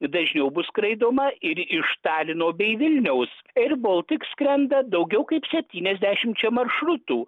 dažniau bus skraidoma ir iš talino bei vilniaus air baltic skrenda daugiau kaip septyniasdešimčia maršrutų